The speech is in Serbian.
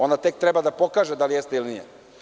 Ona tek treba da pokaže da li jeste ili nije.